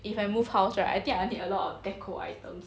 if I move house right I think I need a lot of decor items